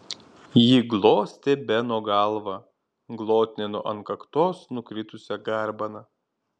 ji glostė beno galvą glotnino ant kaktos nukritusią garbaną